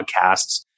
podcasts